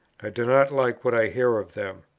i do not like what i hear of them.